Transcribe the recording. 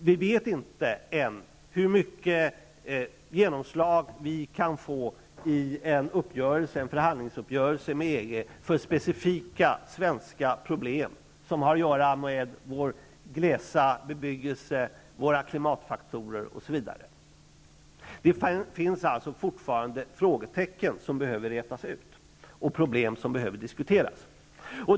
Vi vet ännu inte hur mycket genomslag vi kan få i en förhandlingsuppgörelse med EG för specifika svenska problem, som har att göra med vår glesa bebyggelse, klimatfaktorer osv. Det finns alltså fortfarande frågetecken som behöver rätas ut och problem som behöver diskuteras.